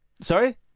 Sorry